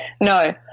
No